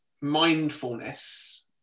mindfulness